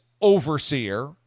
overseer